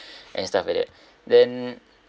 and stuff like that then